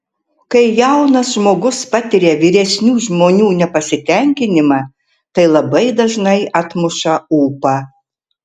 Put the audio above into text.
kai jaunas žmogus patiria vyresnių žmonių nepasitenkinimą tai labai dažnai atmuša ūpą